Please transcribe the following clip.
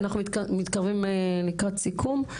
אנחנו מתקרבים לקראת סיכום.